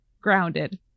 grounded